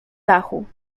dachu